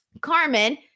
Carmen